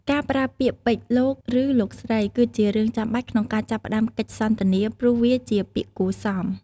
ការប្រើពាក្យពេចន៍ "លោក" និង "លោកស្រី" គឺជារឿងចាំបាច់ក្នុងការចាប់ផ្ដើមកិច្ចសន្ទនា ព្រោះវាជាពាក្យគួរសម។